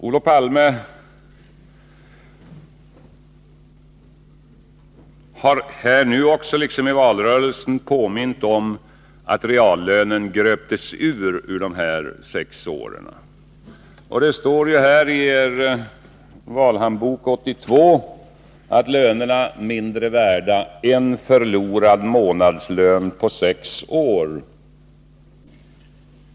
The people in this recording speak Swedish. Olof Palme har här nu liksom i valrörelsen påmint om att reallönen gröptes under de gångna sex åren. Det står i er valhandbok 1982 att lönerna är mindre värda — en förlorad månadslön på sex år.